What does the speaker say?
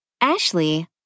Ashley